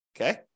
Okay